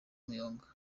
umuyonga